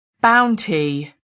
bounty